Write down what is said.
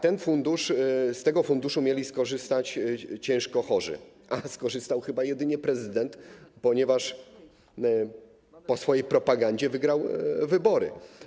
Tak, z tego funduszu mieli skorzystać ciężko chorzy, a skorzystał chyba jedynie prezydent, ponieważ na swojej propagandzie wygrał wybory.